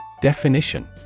Definition